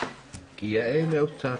הוא עונה על בעלי העסקים.